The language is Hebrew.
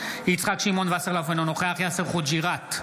יצחק שמעון וסרלאוף, אינו נוכח יאסר חוג'יראת,